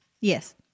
Yes